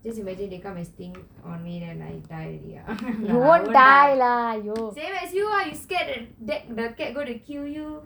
just imagine they come and sting on me and I die already lah same as you you scared the cat going to kill you